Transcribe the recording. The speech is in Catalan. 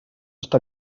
està